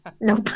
Nope